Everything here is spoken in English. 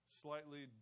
slightly